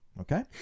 Okay